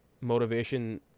Motivation